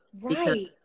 Right